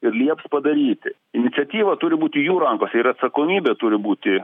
ir lieps padaryti iniciatyva turi būti jų rankose ir atsakomybė turi būti